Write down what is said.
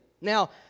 Now